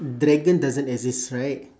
dragon doesn't exist right